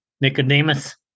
Nicodemus